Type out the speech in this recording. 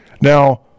Now